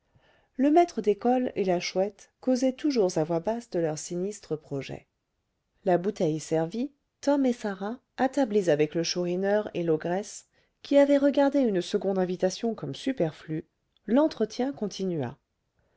le maître d'école et la chouette causaient toujours à voix basse de leurs sinistres projets la bouteille servie tom et sarah attablés avec le chourineur et l'ogresse qui avait regardé une seconde invitation comme superflue l'entretien continua